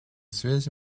связи